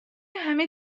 همه